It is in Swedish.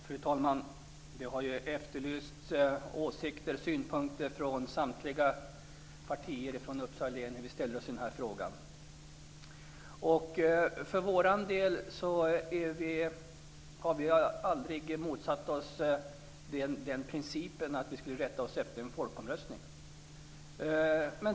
Fru talman! Det har efterlysts åsikter om och synpunkter från samtliga partirepresentanter från Uppsala län på hur vi ställer oss i den här frågan. För vår del har vi aldrig motsatt oss den principen att man skall rätta sig efter en folkomröstning.